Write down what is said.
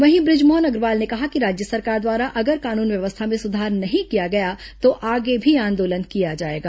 वहीं बृजमोहन अग्रवाल ने कहा कि राज्य सरकार द्वारा अगर कानून व्यवस्था में सुधार नहीं किया गया तो आगे भी आंदोलन किया जाएगा